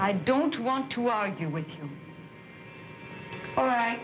i don't want to argue with you all right